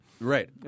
Right